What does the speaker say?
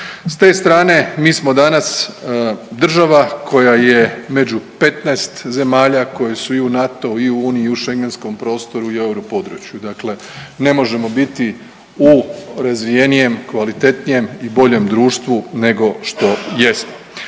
S te strane mi smo danas država koja je među 15 zemalja koje su i u NATO-u, i u Uniji i u Schengenskom prostoru i europodručju. Dakle, ne možemo biti u razvijenijem, kvalitetnijem i bolje društvu nego što jesmo.